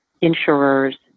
insurers